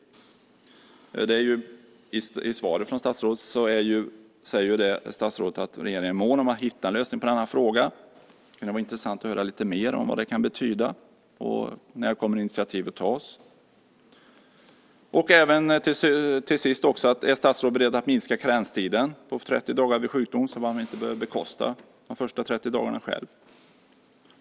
I svaret säger statsrådet att regeringen är mån om att hitta en lösning på denna fråga. Det kunde vara intressant att höra lite mer om vad det kan betyda och när initiativ kommer att tas. Till sist: Är statsrådet beredd att minska karenstiden på 30 dagar vid sjukdom, så att man inte behöver bekosta de första 30 dagarna själv?